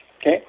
okay